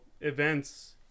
events